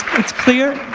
it's clear?